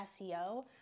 SEO